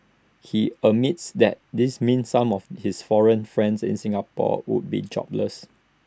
he admits that this means some of his foreign friends in Singapore would be jobless